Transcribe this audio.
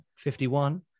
51